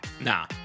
Nah